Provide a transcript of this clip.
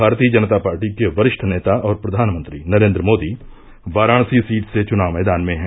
भारतीय जनता पार्टी के वरिश्ठ नेता और प्रधानमंत्री नरेन्द्र मोदी वाराणसी सीट से चुनाव मैदान में हैं